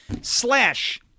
slash